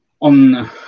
on